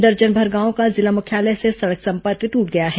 दर्जनभर गांवों का जिला मुख्यालय से सड़क संपर्क टूट गया है